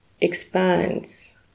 expands